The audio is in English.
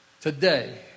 today